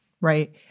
Right